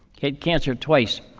had cancer twice.